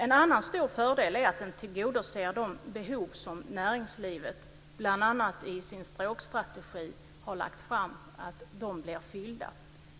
En annan stor fördel är att den tillgodoser de behov som näringslivet har. Det har bl.a. lagt fram en stråkstrategi.